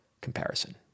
comparison